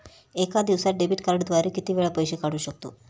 एका दिवसांत डेबिट कार्डद्वारे किती वेळा पैसे काढू शकतो?